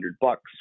bucks